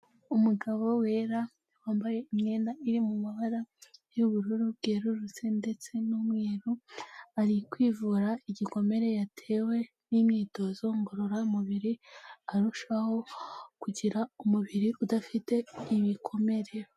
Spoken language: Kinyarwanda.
Umugabo wera wambaye imyenda iri mu mabara y'ubururu bwerurutse ndetse n'umweru, ari kwivura igikomere yatewe n'imyitozo ngororamubiri arushaho kugira umubiri udafite ibikomere.